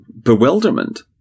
bewilderment